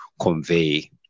convey